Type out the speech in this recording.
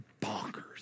bonkers